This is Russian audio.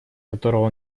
которого